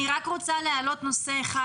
אני רוצה להעלות נושא אחד,